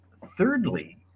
Thirdly